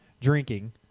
drinking